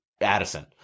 Addison